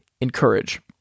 encourage